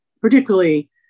particularly